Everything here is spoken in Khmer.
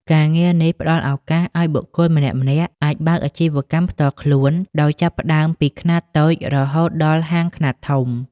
ការងារនេះផ្តល់ឱកាសឱ្យបុគ្គលម្នាក់ៗអាចបើកអាជីវកម្មផ្ទាល់ខ្លួនដោយចាប់ផ្តើមពីខ្នាតតូច រហូតដល់ហាងខ្នាតធំ។